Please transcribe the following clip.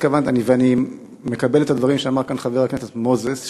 ואני מקבל את הדברים שאמר כאן חבר הכנסת מוזס,